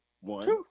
One